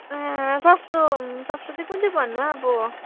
सस्तो सस्तो चाहिँ कुन चाहिँ भन्नु अब